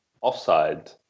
offside